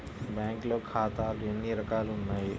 బ్యాంక్లో ఖాతాలు ఎన్ని రకాలు ఉన్నావి?